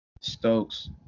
Stokes